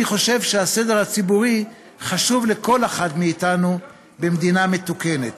אני חושב שהסדר הציבורי חשוב לכל אחד מאיתנו במדינה מתוקנת.